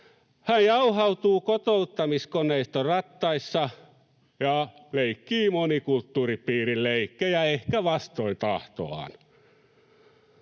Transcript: Hän jauhautuu kotouttamiskoneistorattaissa ja leikkii monikulttuuripiirileikkejä ehkä vastoin tahtoaan.